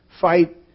fight